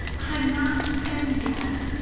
i'm not ten yet,